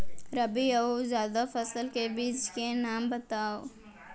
रबि अऊ जादा फसल के बीज के नाम बताव?